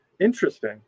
interesting